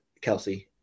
Kelsey